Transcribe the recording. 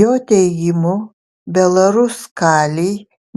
jo teigimu belaruskalij